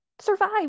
survive